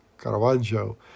Caravaggio